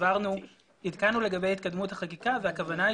עדכנו לגבי התקדמות החקיקה והכוונה היא